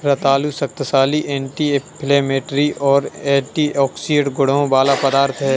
रतालू शक्तिशाली anti inflammatory और एंटीऑक्सीडेंट गुणों वाला पदार्थ है